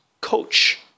coach